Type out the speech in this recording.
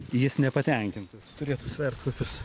jis nepatenkintas turėtų svert kokius